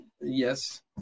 Yes